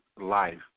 life